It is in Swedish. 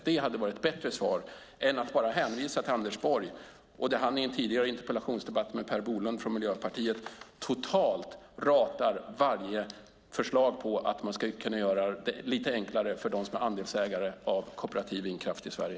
Det hade varit ett bättre svar än att bara hänvisa till Anders Borg, som i en tidigare interpellationsdebatt med Per Bolund från Miljöpartiet totalt ratade varje förslag på att göra det lite enklare för dem som är andelsägare av kooperativ vindkraft i Sverige.